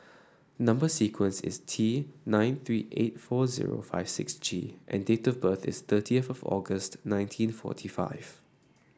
number sequence is T nine three eight four zero five six G and date of birth is thirtieth of August nineteen forty five